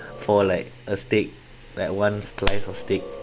for like a steak like one slice of steak